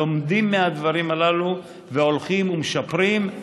לומדים מהדברים הללו והולכים ומשפרים.